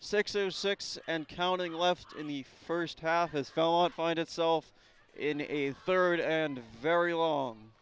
six to six and counting left in the first half has gone find itself in a third and very long